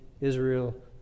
Israel